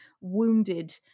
wounded